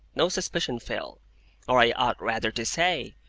no suspicion fell or i ought rather to say,